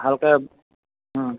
ভালকৈ